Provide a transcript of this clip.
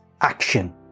action